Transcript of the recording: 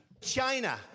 China